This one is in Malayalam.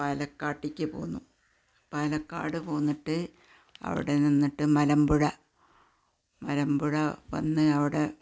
പാലക്കാട്ടേക്കു പോന്നു പാലക്കാട് പോന്നിട്ട് അവിടെ നിന്നിട്ട് മലമ്പുഴ മലമ്പുഴ വന്ന് അവിടെ